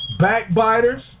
Backbiters